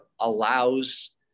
allows